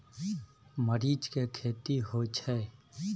मरीच के खेती होय छय?